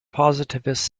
positivist